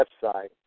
website